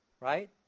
Right